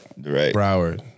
Broward